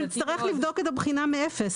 נצטרך לבדוק שוב את הבחינה מאפס.